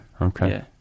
Okay